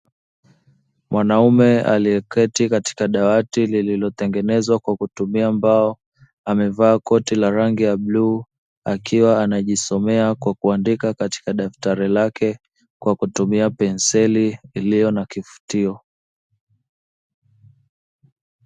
Mwanaume alieketi katika dawati lililotengenezwa kwa kutumia mbao. Amevaa koti lenye rangi ya bluu, akiwa anajisomea kwa kuandika katika daftari lake kwa kutumia penseli iliyo na kifutio.